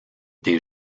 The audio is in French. des